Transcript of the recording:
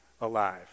alive